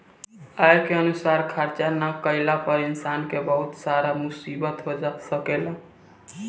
आय के अनुसार खर्चा ना कईला पर इंसान के बहुत सारा मुसीबत हो सकेला